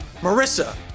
Marissa